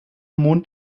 mond